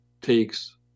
takes